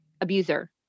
abuser